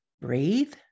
breathe